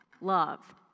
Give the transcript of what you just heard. love